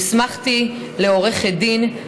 הוסמכתי לעריכת דין,